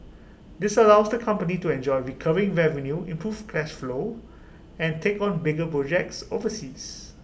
this allows the company to enjoy recurring revenue improve cash flow and take on bigger projects overseas